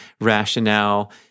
rationale